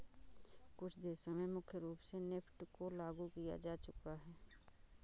कुछ देशों में मुख्य रूप से नेफ्ट को लागू किया जा चुका है